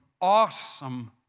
awesome